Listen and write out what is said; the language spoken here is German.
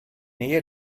nähe